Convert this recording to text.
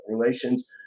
relations